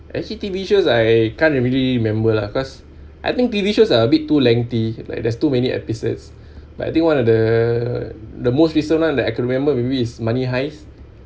actually T_V shows I can't really remember lah cause I think T_V shows are a bit too lengthy like there's too many episodes like I think one of the the most recent one that I could remember maybe it's money heist